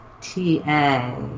TA